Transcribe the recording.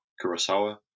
Kurosawa